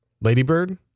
ladybird